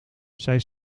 zij